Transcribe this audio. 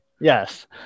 Yes